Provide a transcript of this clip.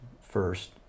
first